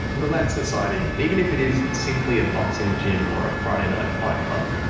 the lads society, even if it is simply a boxing gym or a friday night fight club,